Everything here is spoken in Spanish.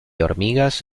hormigas